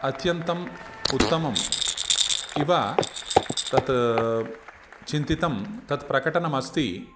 अत्यन्तम् उत्तमम् इव तत् चिन्तितं तत् प्रकटनमस्ति